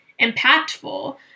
impactful